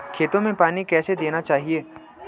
खेतों में पानी कैसे देना चाहिए?